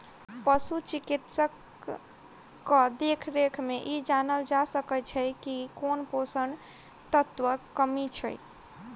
पशु चिकित्सकक देखरेख मे ई जानल जा सकैत छै जे कोन पोषण तत्वक कमी छै